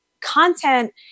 content